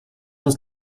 uns